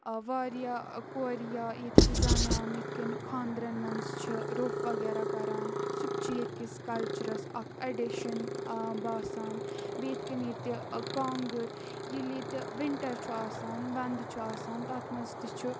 واریاہ کورِ یا ییٚتۍچہِ زنان یِتھ کٔنۍ خاندرَن منٛز چھُ روٚپھ وغیرہ کَران سُہ تہِ چھِ ییٚتکِس کَلچرَس اَکھ اَڈِشَن باسان بیٚیہِ یِتھ کٔنۍ ییٚتہِ کانٛگٕر ییٚلہِ ییٚتہِ وِنٹَر چھُ آسان وَندٕ چھُ آسان تَتھ منٛز تہِ چھُ